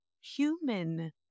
human